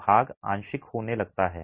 तो भाग आंशिक होने लगता है